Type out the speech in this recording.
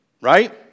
right